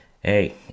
Hey